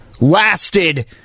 lasted